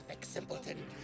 simpleton